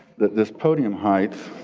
that this podium height